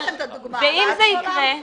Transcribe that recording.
ואם זה יקרה?